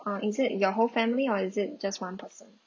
uh is it your whole family or is it just one person